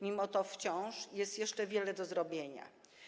Mimo to wciąż jest jeszcze wiele do zrobienia.